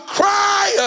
cry